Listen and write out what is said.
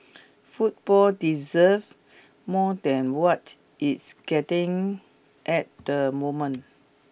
football deserve more than what it's getting at the moment